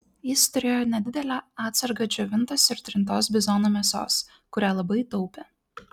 jis turėjo nedidelę atsargą džiovintos ir trintos bizono mėsos kurią labai taupė